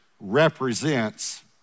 represents